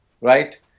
right